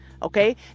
Okay